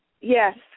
Yes